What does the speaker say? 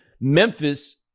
Memphis